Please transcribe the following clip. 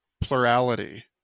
plurality